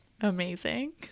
Amazing